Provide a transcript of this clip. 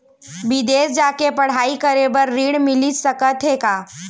बिदेस जाके पढ़ई करे बर ऋण मिलिस सकत हे का?